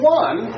one